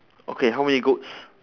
okay how many goats